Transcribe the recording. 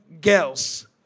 girls